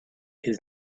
his